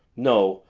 no,